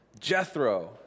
Jethro